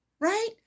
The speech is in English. right